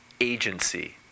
agency